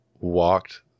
walked